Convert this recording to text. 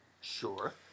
Sure